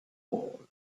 all